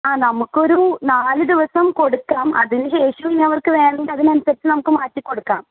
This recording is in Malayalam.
ആ നമുക്കൊരു നാല് ദിവസം കൊടുക്കാം അതിന് ശേഷം അവർക്ക് വേണ്ടതിനനുസരിച്ച് നമുക്ക് മാറ്റി കൊടുക്കാം